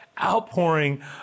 outpouring